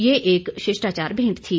ये एक शिष्टाचार भेंट थी